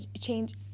change